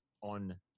on